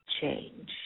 change